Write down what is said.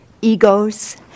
egos